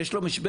יש לו משבצת,